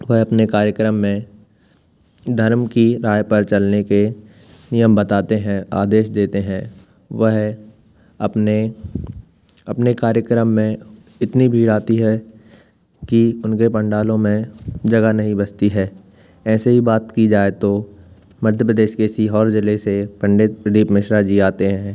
वह अपने कार्यक्रम में धर्म की राय पर चलने के नियम बताते हैं आदेश देते हैं वह अपने अपने कार्यक्रम में इतनी भीड़ आती है कि उनके पंडालों में जगह नहीं बचती है ऐसे ही बात की जाए तो मध्य प्रदेश के सीहोर ज़िले से पंडित प्रदीप मिश्रा जी आते हैं